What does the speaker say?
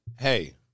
Hey